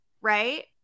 right